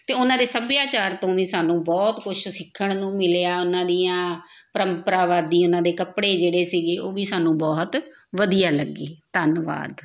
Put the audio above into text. ਅਤੇ ਉਹਨਾਂ ਦੇ ਸੱਭਿਆਚਾਰ ਤੋਂ ਵੀ ਸਾਨੂੰ ਬਹੁਤ ਕੁਛ ਸਿੱਖਣ ਨੂੰ ਮਿਲਿਆ ਉਹਨਾਂ ਦੀਆਂ ਪਰੰਪਰਾਵਾਦੀ ਉਹਨਾਂ ਦੇ ਕੱਪੜੇ ਜਿਹੜੇ ਸੀਗੇ ਉਹ ਵੀ ਸਾਨੂੰ ਬਹੁਤ ਵਧੀਆ ਲੱਗੇ ਧੰਨਵਾਦ